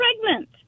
pregnant